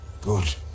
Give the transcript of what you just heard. Good